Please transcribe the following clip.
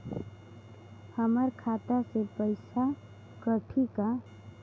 हमर खाता से पइसा कठी का?